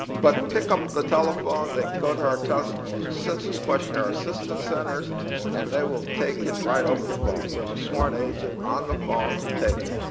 but pick up the telephone, they go to our census questionnaire assistance centers and they will take it right over the phone with a sworn agent on the phone to take it.